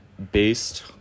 based